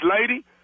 lady